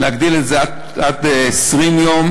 אפשר להגדיל את זה עד 20 יום,